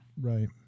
Right